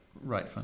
Right